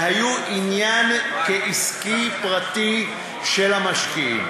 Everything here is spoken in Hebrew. והיו עניין עסקי פרטי של המשקיעים.